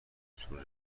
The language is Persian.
تون